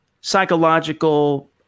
psychological